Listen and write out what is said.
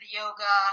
yoga